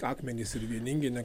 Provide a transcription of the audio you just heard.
akmenys ir vieningi ne